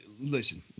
Listen